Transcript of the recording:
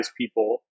people